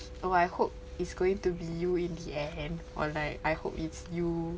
oh I hope it's going to be you in the end or like I hope it's you